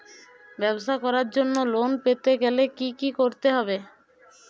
ব্যবসা করার জন্য লোন পেতে গেলে কি কি করতে হবে?